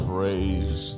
Praise